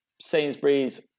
Sainsbury's